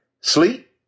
sleep